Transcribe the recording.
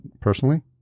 personally